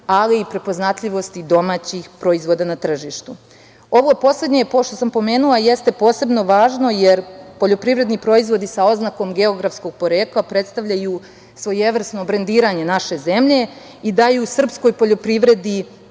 ali i prepoznatljivosti domaćih proizvoda na tržištu. Ovo poslednje pošto sam pomenula jeste posebno važno jer poljoprivredni proizvodi sa oznakom geografskog porekla predstavljaju svojevrsno brendiranje naše zemlje i daju srpskoj poljoprivredi